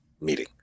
meeting